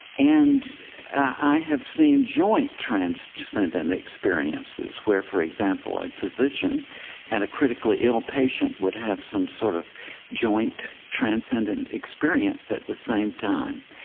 and i have seen joint transcendent and experiences where, for example, a physician and a critically ill patient would have some sort of joint transcendent experience at the same time.